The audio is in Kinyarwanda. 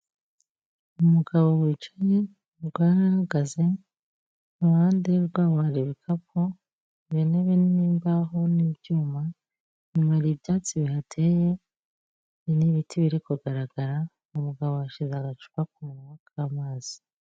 Umugabo wicaye umugore arahagaze iruhande rwabo hari ibikapu bine binini n'imbaho n'ibyuma, inyuma hari ibyatsi bihateye n'ibiti biri kugaragara umugabo yashyize agacupa ku munwa k'amazi.